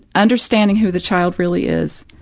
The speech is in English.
understanding who the child really is,